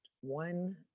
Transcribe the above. one